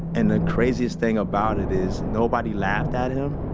and the craziest thing about it is nobody laughed at him,